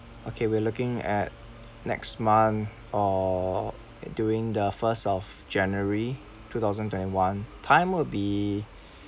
okay we're looking at next month or during the first of january two thousand twenty one time would be